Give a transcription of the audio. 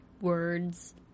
words